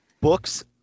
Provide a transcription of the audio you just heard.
books